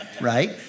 right